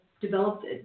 developed